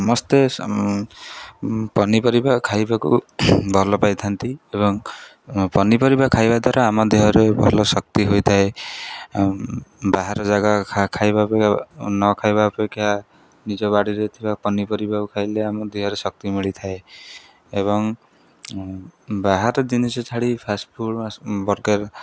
ସମସ୍ତେ ପନିପରିବା ଖାଇବାକୁ ଭଲ ପାଇଥାନ୍ତି ଏବଂ ପନିପରିବା ଖାଇବା ଦ୍ୱାରା ଆମ ଦେହରେ ଭଲ ଶକ୍ତି ହୋଇଥାଏ ବାହାର ଜାଗା ଖାଇବା ଅପକ୍ଷା ନ ଖାଇବା ଅପେକ୍ଷା ନିଜ ବାଡ଼ିରେ ଥିବା ପନିପରିବାକୁ ଖାଇଲେ ଆମ ଦେହରେ ଶକ୍ତି ମିଳିଥାଏ ଏବଂ ବାହାର ଜିନିଷ ଛାଡ଼ି ଫାଷ୍ଟଫୁଡ଼ ବର୍ଗର୍